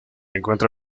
encuentra